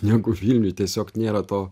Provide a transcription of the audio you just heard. negu vilniuj tiesiog nėra to